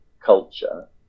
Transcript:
culture